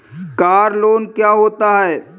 Car loan क्या होता है?